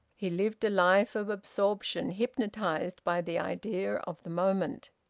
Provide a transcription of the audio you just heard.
he lived a life of absorption, hypnotised by the idea of the moment.